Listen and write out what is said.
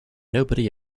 nobody